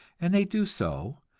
and they do so,